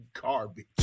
Garbage